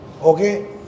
Okay